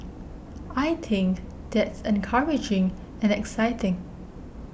I think that's encouraging and exciting